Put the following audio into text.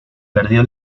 perdió